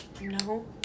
No